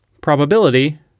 probability